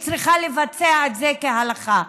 היא צריכה לבצע את זה כהלכה.